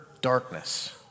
darkness